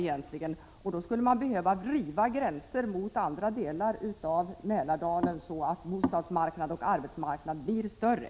Då skulle man behöva underlätta, riva gränser och förbättra kommunikationer mot andra delar av Mälardalen, så att bostadsmarknad och arbetsmarknad blir större.